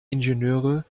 ingenieure